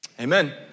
Amen